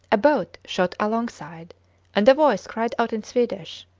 a boat shot alongside and a voice cried out in swedish,